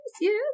yes